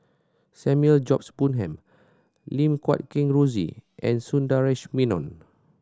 Samuel George Bonham Lim Guat Kheng Rosie and Sundaresh Menon